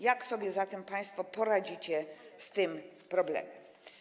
Jak sobie zatem państwo poradzicie z tym problemem?